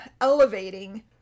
elevating